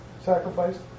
sacrificed